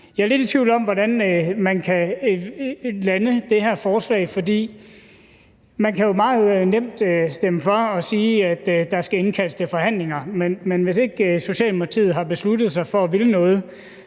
Jeg er lidt i tvivl om, hvordan man kan lande det her forslag, for man kan jo meget nemt stemme for og sige, at der skal indkaldes til forhandlinger. Men hvis ikke Socialdemokratiet har besluttet sig for at ville noget,